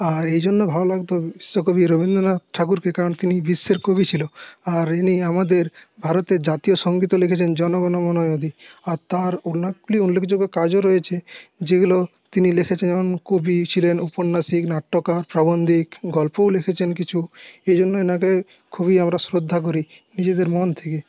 আর এই জন্য ভালো লাগতো বিশ্বকবি রবীন্দ্রনাথ ঠাকুরকে কারণ তিনি বিশ্বের কবি ছিল আর ইনি আমাদের ভারতের জাতীয় সঙ্গীতও লিখেছেন জন গন মন অধি আর তার অনেকগুলি উল্লেখযোগ্য কাজও রয়েছে যেগুলো তিনি লিখেছেন এবং কবি ছিলেন উপন্যাসিক নাট্যকার প্রবন্ধিক গল্পও লিখেছেন কিছু এইজন্য ওনাকে খুবই আমরা শ্রদ্ধা করি নিজেদের মন থেকে